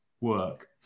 work